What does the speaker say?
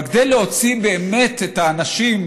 אבל כדי להוציא באמת את האנשים,